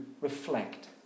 reflect